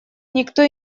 никто